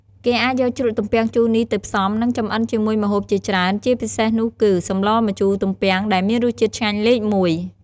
គេអាចយកជ្រក់ទំពាំងជូរនេះទៅផ្សំ និងចម្អិនជាមួយម្ហូបជាច្រើន ជាពិសេសនោះគឺ ស្លម្ជូរទំពាំង ដែលមានរសជាតិឆ្ងាញ់លេខ១។